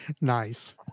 Nice